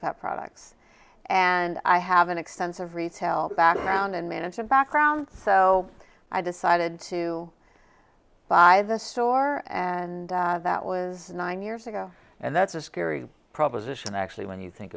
pet products and i have an extensive retail background and management background so i decided to buy the store and that was nine years ago and that's a scary proposition actually when you think